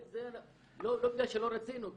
לא בגלל שלא רצינו,